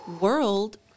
world